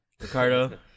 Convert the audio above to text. Ricardo